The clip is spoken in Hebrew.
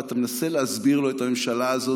ואתה מנסה להסביר לו את הממשלה הזאת,